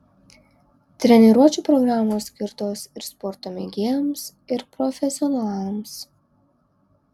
treniruočių programos skirtos ir sporto mėgėjams ir profesionalams